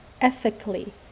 ethically